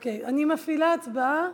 ממש מוכתב.